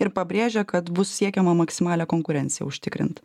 ir pabrėžė kad bus siekiama maksimalią konkurenciją užtikrint